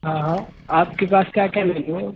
ہاں ہاں آپ کے پاس کیا کیا ویج ہے